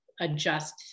adjust